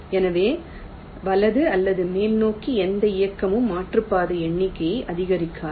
எனவே வலது அல்லது மேல் நோக்கி எந்த இயக்கமும் மாற்றுப்பாதை எண்ணிக்கையை அதிகரிக்காது